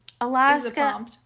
Alaska